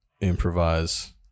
improvise